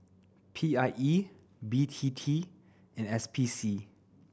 P I E B T T and S P C